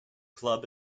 club